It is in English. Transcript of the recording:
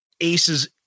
Ace's